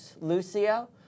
Lucio